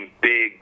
big